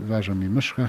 vežam į mišką